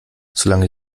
solange